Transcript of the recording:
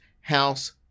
house